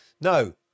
No